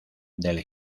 del